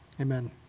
Amen